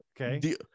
okay